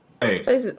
hey